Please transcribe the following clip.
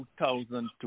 2002